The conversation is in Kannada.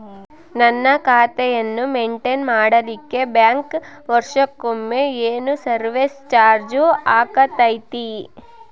ನನ್ನ ಖಾತೆಯನ್ನು ಮೆಂಟೇನ್ ಮಾಡಿಲಿಕ್ಕೆ ಬ್ಯಾಂಕ್ ವರ್ಷಕೊಮ್ಮೆ ಏನು ಸರ್ವೇಸ್ ಚಾರ್ಜು ಹಾಕತೈತಿ?